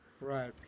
Right